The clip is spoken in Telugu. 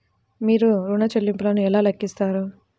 మీరు ఋణ ల్లింపులను ఎలా లెక్కిస్తారు?